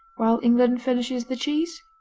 while england furnishes the cheese.